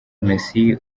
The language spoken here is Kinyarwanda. messi